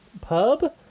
pub